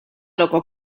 loco